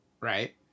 right